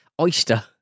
oyster